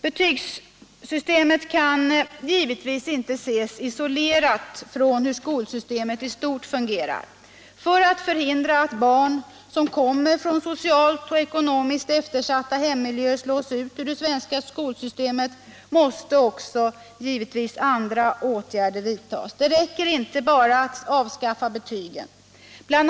Betygssystemet kan givetvis inte ses isolerat från hur skolsystemet i stort fungerar. För att förhindra att barn som kommer från socialt och ekonomiskt eftersatta hemmiljöer slås ut ur det svenska skolsystemet måste naturligtvis andra åtgärder vidtas. Det räcker inte bara med att avskaffa betygen. Bl.